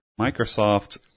Microsoft